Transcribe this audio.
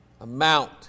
amount